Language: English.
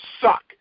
suck